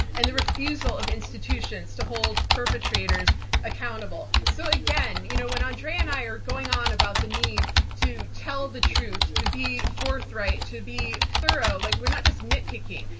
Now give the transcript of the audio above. and the refusal of institutions to hold perpetrators accountable. so, again, you know when andrea and i are going on about the need to tell the truth, to be forthright, to be thorough, like we're not just nitpicking.